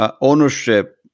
ownership